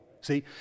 See